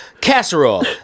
Casserole